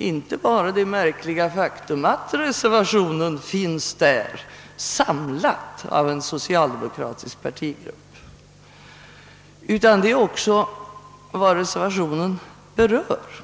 inte bara det märkliga faktum, att denna reservation av en socialdemokratisk partigrupp föreligger som är värt att påpeka, utan detta gäller även vad reservationen innehåller.